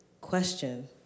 Question